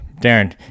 Darren